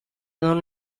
non